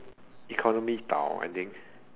economy 倒 I think